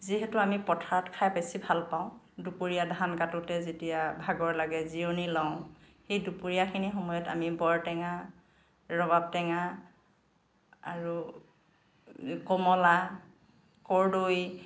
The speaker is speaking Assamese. যিহেতু আমি পথাৰত খাই বেছি ভাল পাওঁ দুপৰীয়া ধান কাটোতে যেতিয়া ভাগৰ লাগে জিৰণি লওঁ সেই দুপৰীয়াখিনি সময়ত আমি বৰটেঙা ৰবাব টেঙা আৰু কমলা কৰ্দৈ